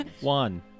One